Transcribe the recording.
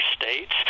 states